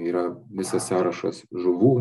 yra visas sąrašas žuvų